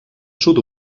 sud